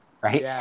Right